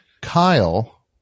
Kyle